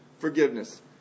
forgiveness